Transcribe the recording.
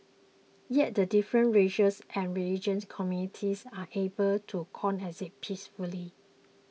yet the different racial and religious communities are able to coexist peacefully